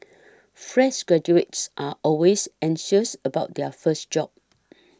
fresh graduates are always anxious about their first job